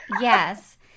Yes